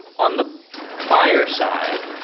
on the buyer side,